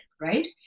right